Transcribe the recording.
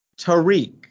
Tariq